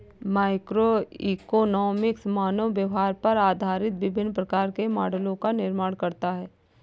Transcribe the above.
microeconomics मानव व्यवहार पर आधारित विभिन्न प्रकार के मॉडलों का निर्माण करता है